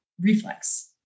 reflex